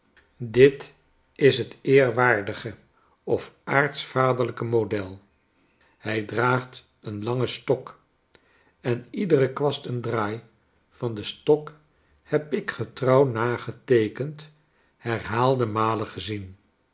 dit is het eerwaardige of aartsvaderlijke model hij draagt een langen stok en iedere kwast en draai van den stok heb ik getrouw nageteekend herhaalde malen gezien